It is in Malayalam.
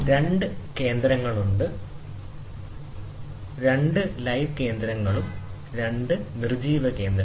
രണ്ട് കേന്ദ്രങ്ങളുണ്ട് രണ്ട് ലൈവ് കേന്ദ്രങ്ങളും രണ്ട് നിർജ്ജീവ കേന്ദ്രങ്ങളും